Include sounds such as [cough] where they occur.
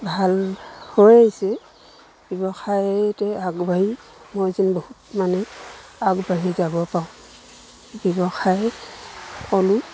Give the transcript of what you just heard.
ভাল হৈ আহিছে ব্যৱসায়তে আগবাঢ়ি মই যেন বহুত মানে আগবাঢ়ি যাব পাৰোঁ ব্যৱসায় [unintelligible]